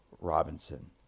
Robinson